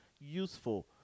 useful